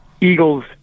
Eagles